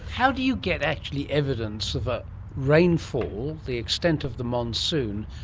how do you get actually evidence of ah rainfall, the extent of the monsoon,